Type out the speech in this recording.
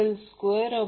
मग हा current IL असेल